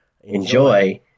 enjoy